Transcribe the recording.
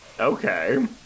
Okay